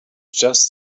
just